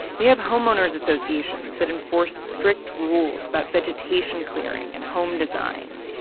they have homeowners associations that enforce strict rules about vegetation clearing, and home design.